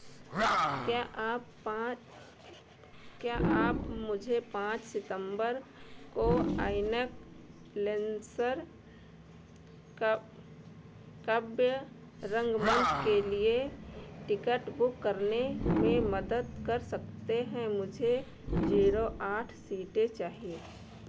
क्या आप पाँच क्या आप मुझे पाँच सितंबर को आईनेक्स लेंसर कब काव्य रंगमंच के लिए टिकट बुक करने में मदद कर सकते हैं मुझे जीरो आठ सीटें चाहिए